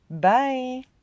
Bye